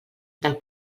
del